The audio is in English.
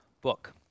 book